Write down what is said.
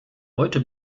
heute